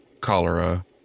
cholera